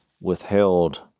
withheld